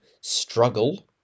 Struggle